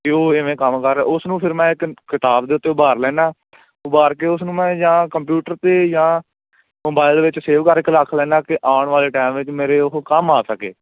ਅਤੇ ਉਹ ਇਵੇਂ ਕੰਮ ਕਰ ਉਸ ਨੂੰ ਫਿਰ ਮੈਂ ਇੱਕ ਕਿਤਾਬ ਦੇ ਉੱਤੇ ਉਭਾਰ ਲੈਂਦਾ ਉਭਾਰ ਕੇ ਉਸ ਨੂੰ ਮੈਂ ਜਾਂ ਕੰਪਿਊਟਰ 'ਤੇ ਜਾਂ ਮੋਬਾਈਲ ਵਿੱਚ ਸੇਵ ਕਰਕੇ ਰੱਖ ਲੈਂਦਾ ਕਿ ਆਉਣ ਵਾਲੇ ਟਾਈਮ ਵਿੱਚ ਮੇਰੇ ਉਹ ਕੰਮ ਆ ਸਕੇ